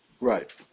Right